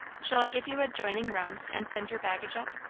shall i give you adjoining rooms, and send your baggage up?